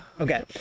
Okay